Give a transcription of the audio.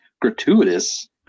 gratuitous